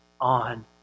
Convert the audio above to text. on